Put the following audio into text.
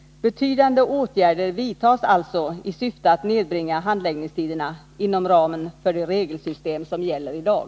Betydande åtgärder vidtas alltså i syfte att nedbringa handläggningstiderna inom ramen för det regelsystem som gäller i dag.